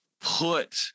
put